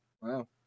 Wow